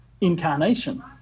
incarnation